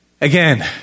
Again